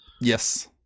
Yes